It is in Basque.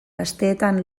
asteetan